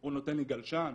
הוא נותן לי גלשן,